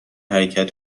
حرکت